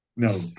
No